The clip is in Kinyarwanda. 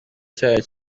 cyayo